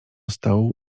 stołu